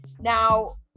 now